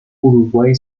uruguay